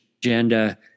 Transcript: agenda